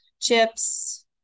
chips